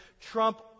trump